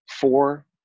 four